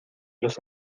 los